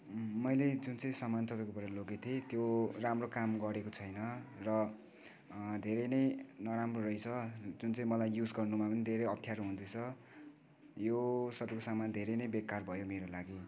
मैले जुनचाहिँ समान तपाईँकोबाट लगेको थिएँ त्यो राम्रो काम गरेको छैन र धेरै नै नराम्रो रहेछ जुन चाहिँ मलाई युज गर्नुमा पनि धेरै अप्ठ्यारो हुँदैछ यो सकेकोसम्म धेरै नै बेकार भयो मेरो लागि